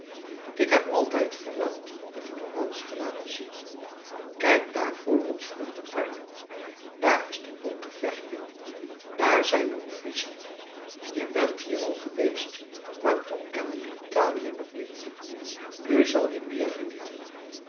ik heb altijd verlangd je florence te laten zien kijk daar voor ons vloeit de arno daar is de ponte vechio daar zijn de uffizie je bent hier al geweest maar toen kende je italië nog niet nu zal je meer genieten